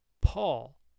Paul